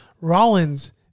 Rollins